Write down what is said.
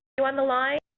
you on the line?